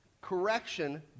Correction